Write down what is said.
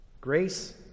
Grace